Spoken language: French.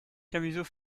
camusot